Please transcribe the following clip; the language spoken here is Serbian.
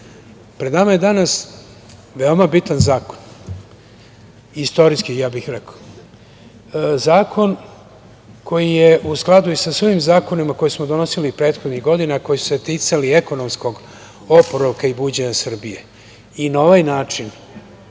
pred nama je danas veoma bitan zakon, istorijski ja bih rekao, zakon koji je u skladu i sa svim zakonima koji smo donosili prethodnih godina, koji su se ticali ekonomskog oporavka i buđenja Srbije. Na ovaj način